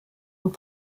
und